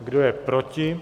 Kdo je proti?